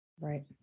Right